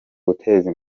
guteza